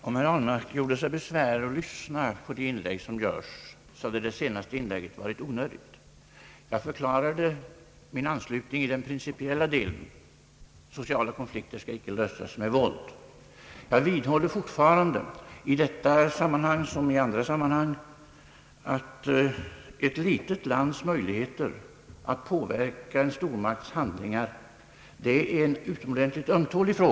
Herr talman! Om herr Ahlmark gjorde sig besvär med att lyssna på de inlägg som görs, hade det senaste inlägget varit onödigt. Jag förklarade min anslutning i den principiella delen: Sociala konflikter skall icke lösas med våld. Jag vidhåller fortfarande, i detta sammanhang som i andra sammanhang, att ett litet lands möjligheter att påverka en stormakts handlingar är en fråga av utomordentligt ömtålig art.